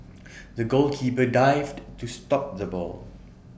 the goalkeeper dived to stop the ball